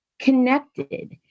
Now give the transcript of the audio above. connected